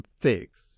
fix